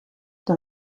dans